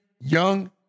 young